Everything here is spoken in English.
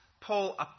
Paul